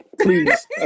Please